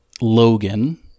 Logan